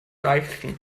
leisten